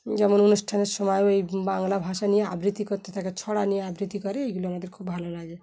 যেমন অনুষ্ঠানের সময় ওই বাংলা ভাষা নিয়ে আবৃত্তি করতে থাকে ছড়া নিয়ে আবৃত্তি করে এইগুলো আমাদের খুব ভালো লাগে